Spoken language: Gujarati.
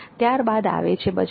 ત્યારબાદ આવે છે બજાર